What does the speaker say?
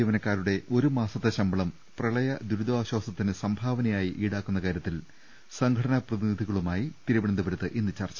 ജീവനക്കാരുടെ ഒരുമാസത്തെ ശമ്പളം പ്രള യദുരിതാശാസത്തിന് സംഭാവനയായി ഈടാക്കുന്ന കാര്യ ത്തിൽ സംഘടനാപ്രതിനിധികളുമായി ഇന്ന് ചർച്ച